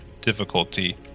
difficulty